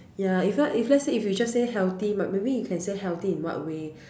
ya if not if let's say we just say healthy but maybe we can say healthy in what way